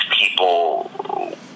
people